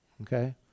Okay